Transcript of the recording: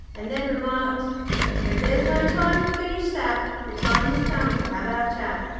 and then remarked as there's no time to finish that, the time has come to have our chat.